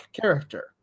character